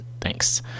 thanks